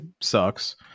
sucks